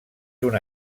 una